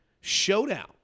showdown